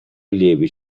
allievi